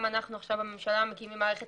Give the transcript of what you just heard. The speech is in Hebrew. גם אנחנו עכשיו הממשלה מקימים מערכת